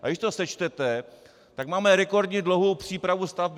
A když to sečtete, tak máme rekordně dlouhou přípravu stavby.